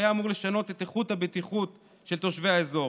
שהיה אמור לשנות את איכות הבטיחות של תושבי האזור